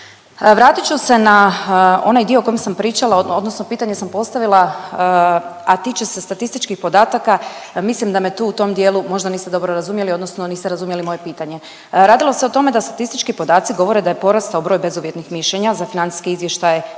Vratit ću se na onaj dio o kojem sam pričala odnosno pitanje sam postavila, a tiče se statističkih podataka. Mislim da me tu u tom dijelu možda niste dobro razumjeli, odnosno niste razumjeli moje pitanje. Radilo se o tome da statistički podaci govore da je porastao broj bezuvjetnih mišljenja za financijske izvještaje